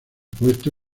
puesto